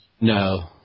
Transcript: No